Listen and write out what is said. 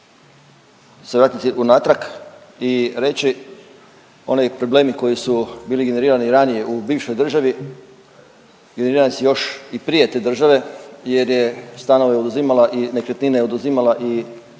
vratiti unatrag i reći oni problemi koji su bili generirani ranije u bivšoj državi generirani su još i prije te države jer je stanove oduzimala i nekretnine oduzimala i